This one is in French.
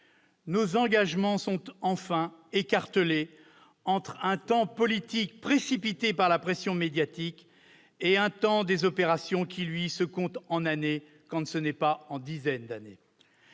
Nos engagements, enfin, sont écartelés entre un temps politique précipité par la pression médiatique et un temps des opérations, lequel se compte en années, voire en dizaine d'années.